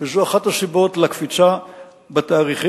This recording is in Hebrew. וזו אחת הסיבות לקפיצה בתעריפים,